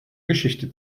geschichte